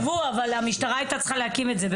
הם תקצבו אבל המשטרה היתה צריכה להקים את זה.